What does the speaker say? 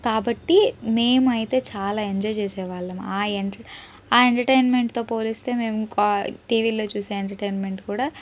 కాబట్టి మేము అయితే చాలా ఎంజాయ్ చేసేవాళ్ళం ఆ ఎంటర్టైన్మెంట్తో పోలిస్తే మేము టీవీలో చూసే ఎంటర్టైన్మెంట్ కూడా